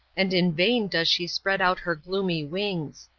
and in vain does she spread out her gloomy wings.